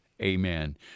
Amen